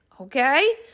okay